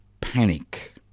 panic